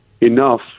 enough